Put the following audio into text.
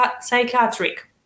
psychiatric